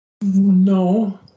No